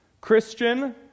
Christian